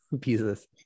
pieces